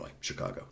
Chicago